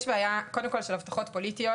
ישנה בעיה של הבטחות פוליטיות,